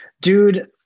dude